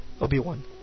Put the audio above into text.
Obi-Wan